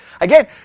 Again